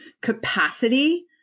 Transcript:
capacity